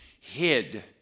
hid